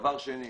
דבר שני,